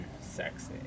Sexy